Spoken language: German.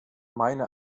meine